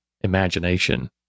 imagination